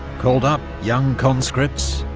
called up young conscripts,